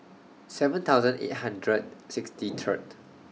seven thousand eight hundred sixty Third